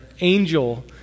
angel